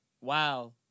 wow